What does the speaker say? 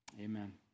Amen